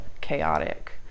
Chaotic